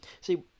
see